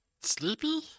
Sleepy